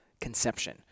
conception